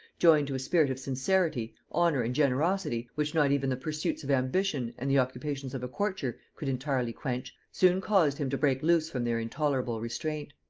joined to a spirit of sincerity, honor and generosity, which not even the pursuits of ambition and the occupations of a courtier could entirely quench, soon caused him to break loose from their intolerable restraint.